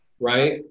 right